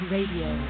Radio